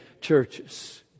churches